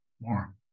More